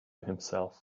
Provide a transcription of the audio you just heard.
himself